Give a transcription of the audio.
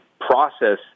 process